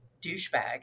douchebag